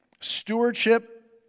Stewardship